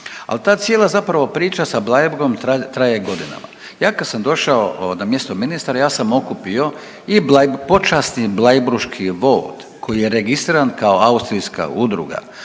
Ali ta cijela zapravo priča sa Bleiburgom traje godinama. Ja kad sam došao na mjesto ministra, ja sam okupio i .../nerazumljivo/... i Počasni blajburški vod koji je registriran kao austrijska udruga,